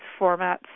formats